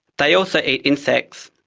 they also eat insects,